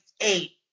eight